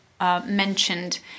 mentioned